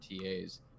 TAs